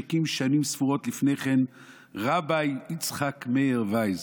שהקים שנים ספורות לפני כן רבי יצחק מאיר וייס.